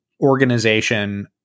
organization